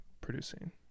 producing